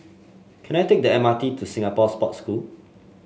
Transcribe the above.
can I take the M R T to Singapore Sports School